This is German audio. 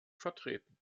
vertreten